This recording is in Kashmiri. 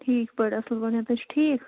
ٹھیٖک پٲٹھۍ اَصٕل پٲٹھۍ تُہۍ چھِو ٹھیٖک